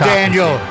Daniel